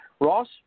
Ross